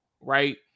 right